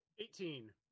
Eighteen